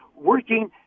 working